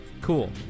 Cool